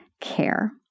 care